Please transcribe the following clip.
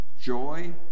joy